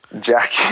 Jack